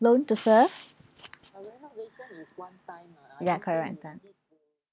loan to serve ya correct one time